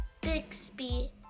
Bixby